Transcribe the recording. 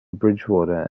bridgewater